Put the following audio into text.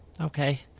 Okay